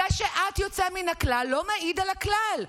זה שאת יוצאת מן הכלל, לא מעיד על הכלל,